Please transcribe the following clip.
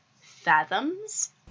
fathoms